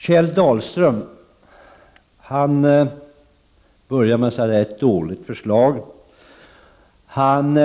Kjell Dahlström började med att säga att det här är ett dåligt förslag. Han